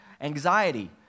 anxiety